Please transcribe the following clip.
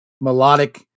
melodic